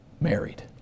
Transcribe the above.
married